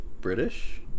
British